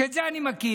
את זה אני מכיר,